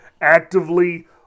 actively